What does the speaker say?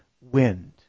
wind